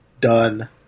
Done